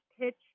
pitch